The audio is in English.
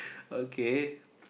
okay